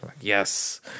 Yes